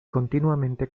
continuamente